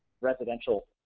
residential